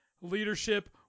leadership